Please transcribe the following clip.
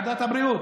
בוועדת הבריאות.